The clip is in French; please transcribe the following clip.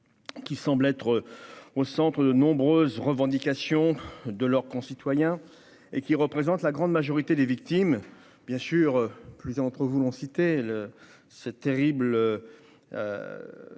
qui semble être au centre de nombreuses revendications de leurs concitoyens et qui représentent la grande majorité des victimes bien sûr plus entre vous l'ont cité le c'est terrible,